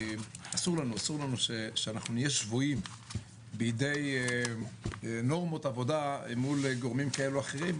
אסור לנו שנהיה שבויים בידי נורמות עבודה מול גורמים כאלה או אחרים,